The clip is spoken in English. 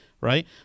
right